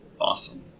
Awesome